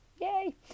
yay